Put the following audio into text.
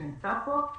שנמצא פה,